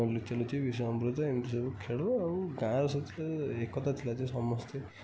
ଲୁଚାଲୁଚି ବିଷ ଅମୃତ ଏମିତି ସବୁ ଖେଳୁ ଆଉ ଗାଁରେ ସେତେବେଳେ ଏକତା ଥିଲା ଯେ ସମସ୍ତେ